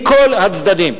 מכל הצדדים.